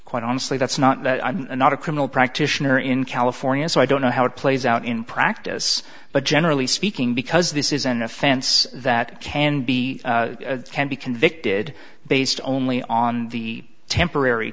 quite honestly that's not that i'm not a criminal practitioner in california so i don't know how it plays out in practice but generally speaking because this is an offense that can be can be convicted based only on the temporary